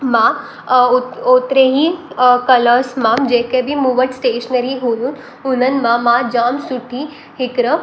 मां ओतिरे ई कलर्स मां जेके बि मूं वटि स्टेशनरी हुयूं हुननि मां मां जाम सुठी हिकरा